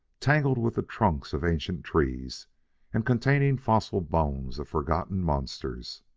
tangled with the trunks of ancient trees and containing fossil bones of forgotten monsters.